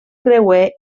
creuer